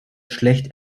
schlecht